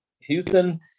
Houston